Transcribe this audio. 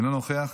אינו נוכח.